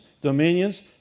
dominions